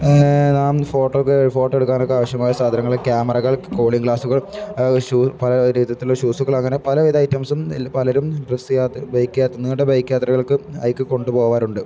ആ നാം ഫോട്ടോയൊക്കെ ഫോട്ടോ എടുക്കാനൊക്കെ ആവശ്യമായ സാധനങ്ങള് ക്യാമറകൾ കൂളിംഗ് ഗ്ലാസ്സുകൾ ഒരു ഷൂ പല രീതിയിലുള്ള ഷൂസുകൾ അങ്ങനെ പലവിധ ഐറ്റംസും പലരും ബൈക്ക് യാത്ര നീണ്ട ബൈക്ക് യാത്രകൾക്ക് അതിലേക്കു കൊണ്ടുപോകാറുണ്ട്